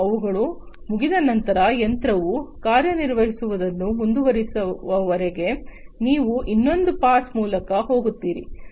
ಮತ್ತು ಅವುಗಳು ಮುಗಿದ ನಂತರ ಯಂತ್ರವು ಕಾರ್ಯನಿರ್ವಹಿಸುವುದನ್ನು ಮುಂದುವರಿಸುವವರೆಗೆ ನೀವು ಇನ್ನೊಂದು ಪಾಸ್ ಮೂಲಕ ಹೋಗುತ್ತೀರಿ